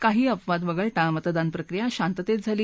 काही अपवाद वगळता मतदान प्रक्रिया शांततेत झाली